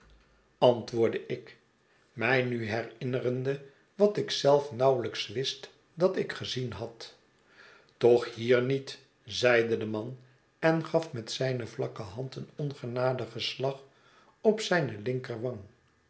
antwoordde ik mij nu herinnerende wat ik zelf nauwelijks wist dat ik gezien had toch hier niet zeide de man en gaf met zijne vlakke hand een ongenadigen slag op zijne linkerwang